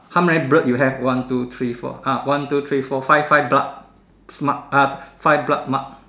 how many blood you have one two three four ah one two three four five five blood smart ah five blood mark